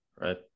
right